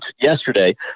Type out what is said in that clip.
yesterday